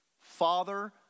Father